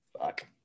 fuck